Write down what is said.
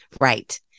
Right